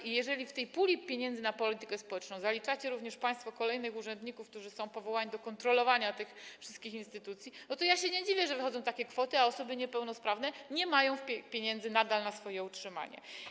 I jeżeli w tej puli pieniędzy na politykę społeczną uwzględniacie również państwo kolejnych urzędników, którzy są powołani do kontrolowania tych wszystkich instytucji, to ja się nie dziwię, że wychodzą takie kwoty, a osoby niepełnosprawne nadal nie mają pieniędzy na swoje utrzymanie.